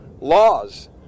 laws